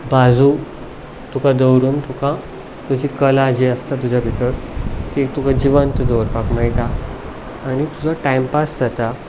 भाजू तुका दवरून तुका तुजी कला जी आसता तुज्या भितर ती तुका जिवंत दवरपाक मेळटा आनी तुजो टायमपास जाता